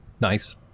Nice